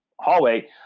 hallway